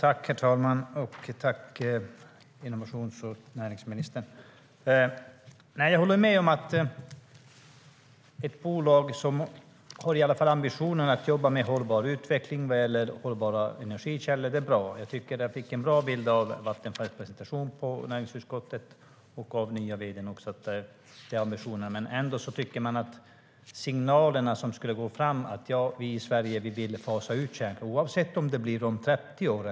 Herr talman! Jag tackar innovations och näringsministern. Jag håller med om att ett bolag som i alla fall har ambitionen att jobba med hållbar utveckling vad gäller hållbara energikällor är bra. Jag tycker att jag fick en bra bild av Vattenfalls presentation på näringsutskottet och av den nya vd:n och ambitionerna. Ändå kan man tycka att det vore bra om signaler skulle gå fram om att vi i Sverige vill fasa ut kärnkraften, oavsett om det blir om 30 år.